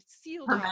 sealed